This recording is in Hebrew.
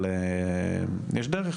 אבל יש דרך.